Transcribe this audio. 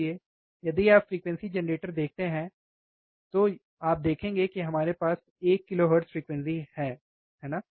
इसलिए यदि आप फ्रीक्वेंसी जेनरेटर देखते हैं तो यह एक आप देखेंगे कि हमारे पास एक किलोहर्ट्ज़ फ्रीक्वेंसी है है ना